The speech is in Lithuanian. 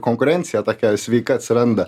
konkurencija tokia sveika atsiranda